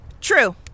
True